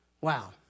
wow